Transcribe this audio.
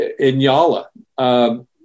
Inyala